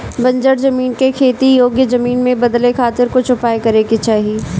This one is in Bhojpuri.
बंजर जमीन के खेती योग्य जमीन में बदले खातिर कुछ उपाय करे के चाही